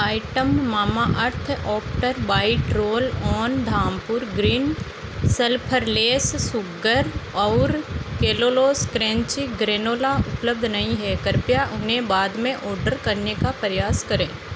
item Mamaearth after bite roll on Dhampur green sulphurless sugar और Kellogg's crunchy granola उपलब्ध नहीं हैं कृपया उन्हें बाद में ऑर्डर करने का प्रयास करें